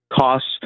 costs